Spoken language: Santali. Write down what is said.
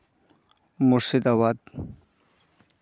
ᱢᱩᱨᱥᱤᱫᱟᱵᱟᱫᱽ